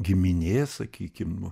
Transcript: giminės sakykim